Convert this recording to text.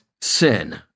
sin